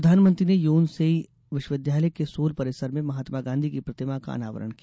प्रधानमंत्री ने योनसेई विश्वविद्यालय के सोल परिसर में महात्मा गांधी की प्रतिमा का अनावरण किया